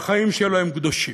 והחיים שלו הם קדושים,